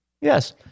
Yes